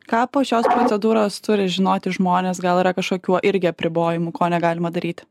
ką po šios procedūros turi žinoti žmonės gal yra kaškokių irgi apribojimų ko negalima daryt